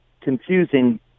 confusing